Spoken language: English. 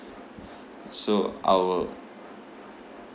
so I will